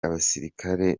abasirikare